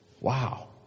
Wow